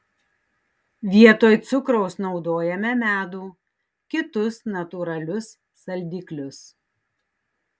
vietoj cukraus naudojame medų kitus natūralius saldiklius